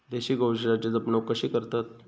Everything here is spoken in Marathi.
देशी गोवंशाची जपणूक कशी करतत?